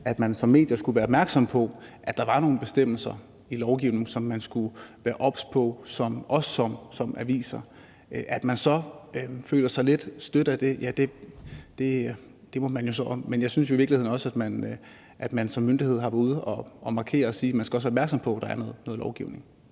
at man har gjort opmærksom på, at der var nogle bestemmelser i lovgivningen, som de i medierne og også aviserne skulle være obs på. At man så føler sig lidt stødt af det, må man jo så om, men jeg synes jo i virkeligheden også, at man som myndighed har været ude at markere og sige, at man også skal være opmærksom på, at der er noget lovgivning.